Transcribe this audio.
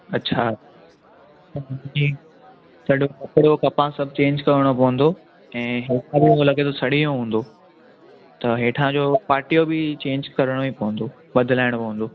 अच्छा छॾो कपिड़ो कपां सभु चेंज करिणो पवंदो ऐं हेठा बि मूंखे लॻे थो सड़ी वियो हूंदो त हेठां जो पाटियो बि चेंज करिणो ई पवंदो बदलाइणो पवंदो